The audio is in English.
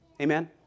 Amen